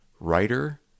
writer